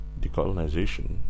Decolonization